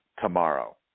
tomorrow